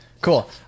cool